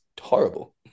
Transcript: horrible